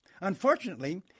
Unfortunately